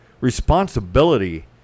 responsibility